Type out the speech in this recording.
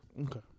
Okay